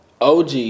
OG